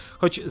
choć